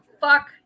fuck